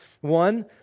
One